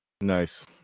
Nice